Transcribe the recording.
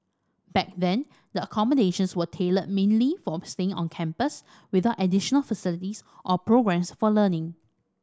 back then the accommodations were tailored mainly for staying on campus without additional facilities or programmes for learning